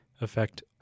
affect